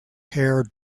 hair